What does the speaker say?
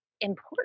important